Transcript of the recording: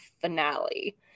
finale